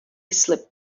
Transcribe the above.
slipped